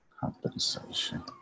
Compensation